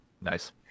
Nice